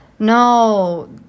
No